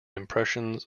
impressions